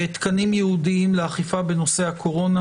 תקנים ייעודיים לאכיפה בנושא הקורונה